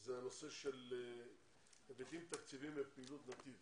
זה הנושא של היבטים תקציביים בפעילות נתיב